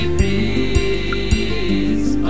peace